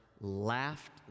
laughed